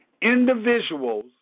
individuals